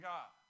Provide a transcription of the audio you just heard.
God